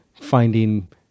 finding